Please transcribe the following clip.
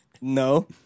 No